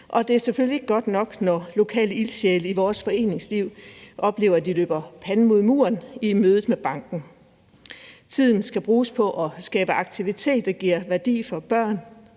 og det er selvfølgelig ikke godt nok, når lokale ildsjæle i vores foreningsliv oplever, at de løber panden mod muren i mødet med banken. Tiden skal bruges på at skabe aktivitet, der giver værdi for børn,